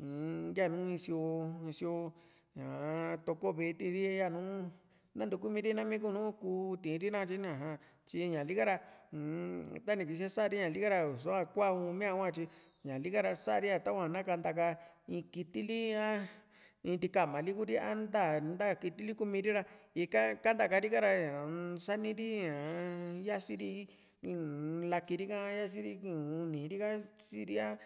uu-n yanu in sioo in sio ñaa toko ve´e tiiri yanu natukumi ri nai kunu kuu tiiri nakatye ña tyi ñalika ra uu-n tani kisia sa´ri ñali ka ra i´sua kua uun mia hua tyi ñalika ra sa´ri a tava na kantaka in kiti li a in nti´kama liku ri a nta nta kitili kumiri ra ika kantaka ri ka´ra ñaa-m sani ñaa yasiri inn lakiri ha yasiri un niiri ka siasi´ri a